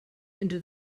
into